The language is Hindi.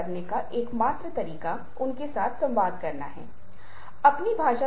तो यहां एक सामाजिक नियम है जो एक व्यवहार को विनियमित करने का एक उदाहरण है जो स्पष्ट रूप से सहज है